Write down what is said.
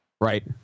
right